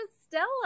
Stella